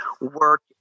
work